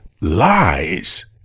lies